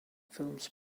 films